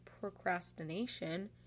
procrastination